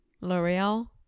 L'Oreal